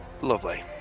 Lovely